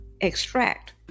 extract